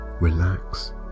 relax